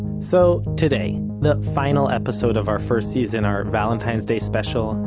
so today, the final episode of our first season, our valentine's day special,